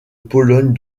pologne